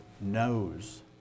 knows